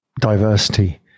diversity